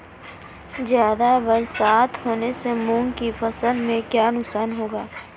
ज़्यादा बरसात होने से मूंग की फसल में क्या नुकसान होगा?